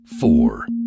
four